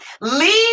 leave